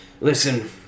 Listen